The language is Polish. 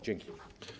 Dzięki.